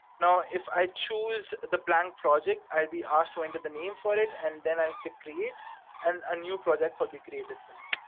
now, if i choose the blank project i'll be asked to enter the name for it and then i'll click create and a new project will be created for me.